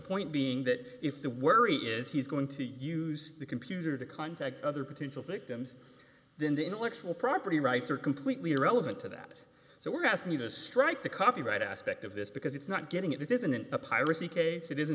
point being that if the worry is he's going to use the computer to contact other potential victims then the intellectual property rights are completely irrelevant to that so we're asking you to strike the copyright aspect of this because it's not getting it this isn't a pira